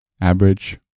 average